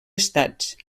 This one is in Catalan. estats